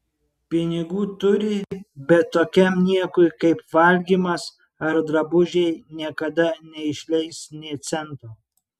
pinigų turi bet tokiam niekui kaip valgymas ar drabužiai niekada neišleis nė cento